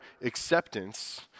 acceptance